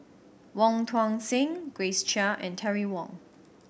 Wong Tuang Seng Grace Chia and Terry Wong